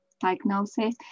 diagnosis